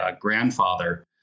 grandfather